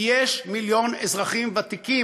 יש מיליון אזרחים ותיקים,